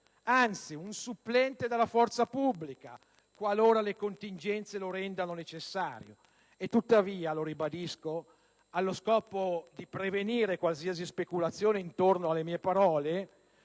anzi un supplente della forza pubblica qualora le contingenze lo rendano necessario. E tuttavia - lo ribadisco allo scopo di prevenire qualsiasi speculazione intorno alle mie parole